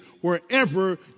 wherever